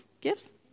gifts